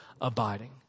abiding